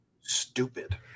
stupid